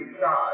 God